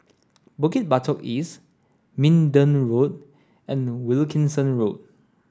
Bukit Batok East Minden Road and Wilkinson Road